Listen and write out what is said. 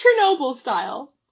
Chernobyl-style